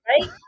right